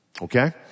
okay